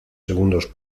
segundos